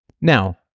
Now